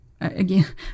again